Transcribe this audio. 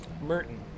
Merton